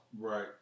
Right